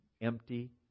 empty